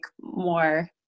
more